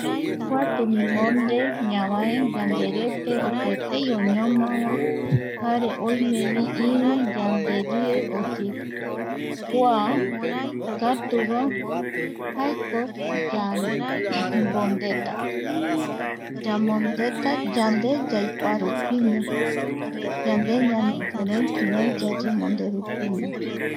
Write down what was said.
Kua temimonde ñavae nderete opaetei oñomava jare oime vi iru yanderie oye (pausa)kua katuva jaeko yan bondeta. Yamondeta yande yaikuarupiño, yande ñanekirei yayemonderupiño